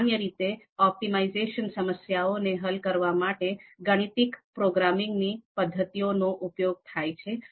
સામાન્ય રીતે ઓપ્ટિમાઇઝેશન સમસ્યાને હલ કરવા માટે ગાણિતિક પ્રોગ્રામિંગ ની પદ્ધતિઓનો ઉપયોગ થાય છે